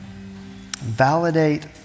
validate